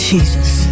Jesus